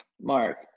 Mark